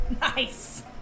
Nice